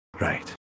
Right